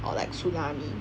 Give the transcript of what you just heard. or like tsunami